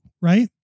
right